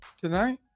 tonight